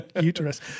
uterus